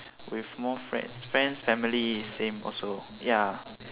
with more friends friends family is same also ya